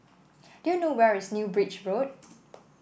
do you know where is New Bridge Road